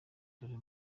dore